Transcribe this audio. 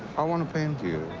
i want to paint you.